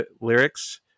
lyrics